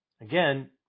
Again